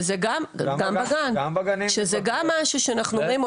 שזה גם משהו שאני לא רואים.